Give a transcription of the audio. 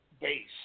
base